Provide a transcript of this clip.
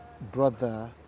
brother